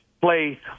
play